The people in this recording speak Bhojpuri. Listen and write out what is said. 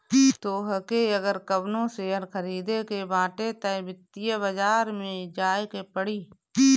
तोहके अगर कवनो शेयर खरीदे के बाटे तअ वित्तीय बाजार में जाए के पड़ी